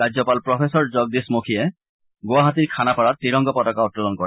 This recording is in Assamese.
ৰাজ্যপাল প্ৰফেচৰ জগদীশ মুখীয়ে গুৱাহাটীৰ খানাপাৰাত ত্ৰিৰংগা পতাকা উত্তোলন কৰে